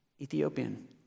Ethiopian